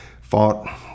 fought